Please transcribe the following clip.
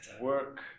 work